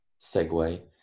segue